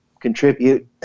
contribute